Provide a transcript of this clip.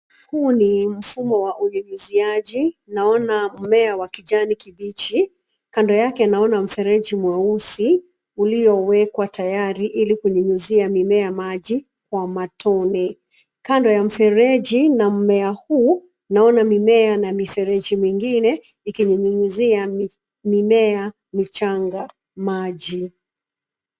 Huu ni mfumo wa unyunyuziaji, naona mmea wa kijani kibichi, kando yake naona mfereji mweusi uliowekwa tayari ili kunyunyuzia mimea maji kwa matone. Kando ya mfereji na mmea huu naona mimea na mifereji mingine ikinyunyuzia mimea michanga maji.